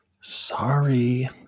Sorry